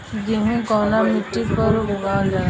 गेहूं कवना मिट्टी पर उगावल जाला?